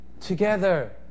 together